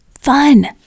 fun